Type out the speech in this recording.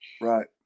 Right